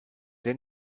denn